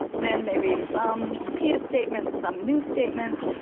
then they read some repeated statements, some new statements,